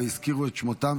הזכירו את שמם,